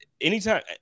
anytime